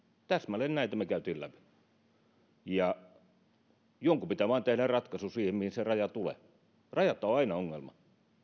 täsmälleen näitä me kävimme läpi jonkun pitää vain tehdä ratkaisu sen suhteen mihin se raja tulee rajat ovat aina ongelma